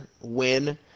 win